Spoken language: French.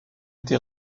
été